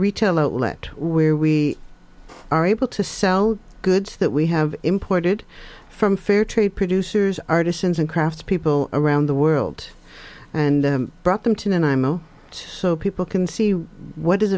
retail outlet where we are able to sell goods that we have imported from fair trade producers artisans and craftspeople around the world and brought them to that imo so people can see what is